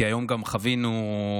כי היום גם חווינו בוועדות,